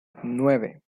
nueve